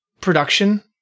production